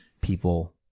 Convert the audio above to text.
people